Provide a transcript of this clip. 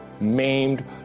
maimed